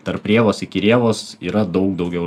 tarp rėvos iki rėvos yra daug daugiau